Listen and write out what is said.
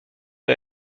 que